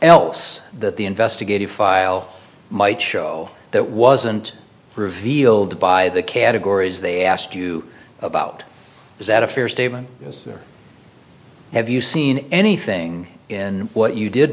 else that the investigative file might show that wasn't for a field by the categories they asked you about is that a fair statement have you seen anything in what you did